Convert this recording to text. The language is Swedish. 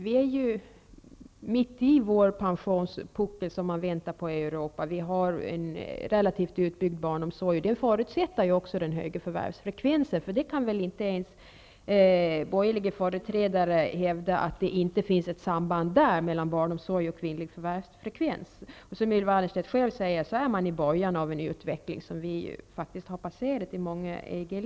Vi är ju mitt i vår pensionspuckel, som man väntar på i Europa, vi har en relativt utbyggd barnomsorg, och det förutsätter också den höga förvärvsfrekvensen -- inte ens borgerliga företrädare kan väl hävda att det inte finns ett samband mellan barnomsorg och kvinnlig förvärvsfrekvens? Som Ylva Annerstedt själv sade är man i många EG-länder i början av en utveckling som vi faktiskt har passerat.